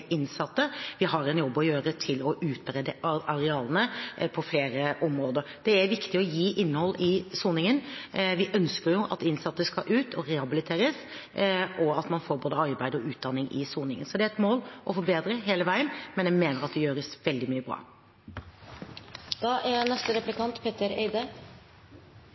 innsatte, og vi har en jobb å gjøre med hensyn til å utbedre arealene på flere områder. Det er viktig å gi innhold i soningen. Vi ønsker jo at innsatte skal ut, og rehabiliteres, og at man får både arbeid og utdanning i soningen. Så det er et mål om forbedring hele veien, men jeg mener at det gjøres veldig mye bra.